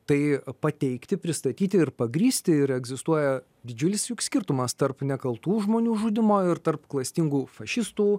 tai pateikti pristatyti ir pagrįsti ir egzistuoja didžiulis juk skirtumas tarp nekaltų žmonių žudymo ir tarp klastingų fašistų